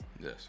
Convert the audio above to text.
yes